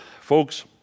Folks